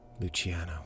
Luciano